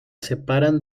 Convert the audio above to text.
separan